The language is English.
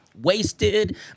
Wasted